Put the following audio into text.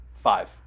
five